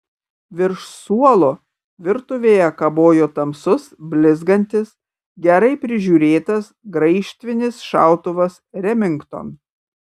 virš suolo virtuvėje kabojo tamsus blizgantis gerai prižiūrėtas graižtvinis šautuvas remington